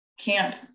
camp